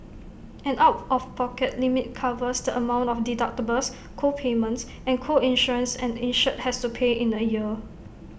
an out of pocket limit covers the amount of deductibles co payments and co insurance an insured has to pay in A year